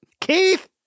Keith